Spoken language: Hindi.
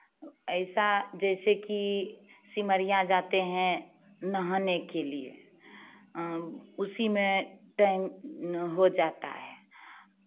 ऐसा जैसे कि सिमरिया जाते हैं नहाने के लिए उसी में टाइम हो जाता है